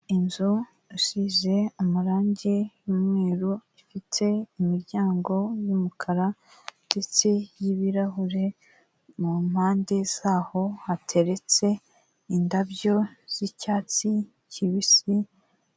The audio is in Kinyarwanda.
Inzu usize amarange y'umweru, ifite imiryango y'umukara ndetse n'ibirahure mu mpande zaho hateretse indabyo z'icyatsi kibisi